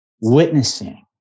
witnessing